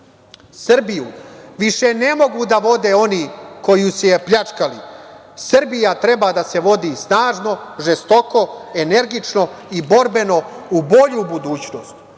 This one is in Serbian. Srbiju više ne mogu da vode oni koji su je pljačkali. Srbija treba da se vodi snažno, žestoko, energično i borbeno u bolju budućnost,